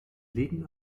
legen